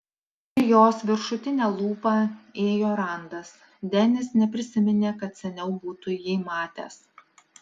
per jos viršutinę lūpą ėjo randas denis neprisiminė kad seniau būtų jį matęs